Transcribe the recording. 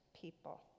people